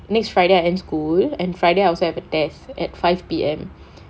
next friday I end school and friday I also have a test at five P_M